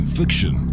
fiction